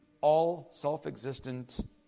all-self-existent